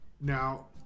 Now